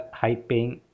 high-paying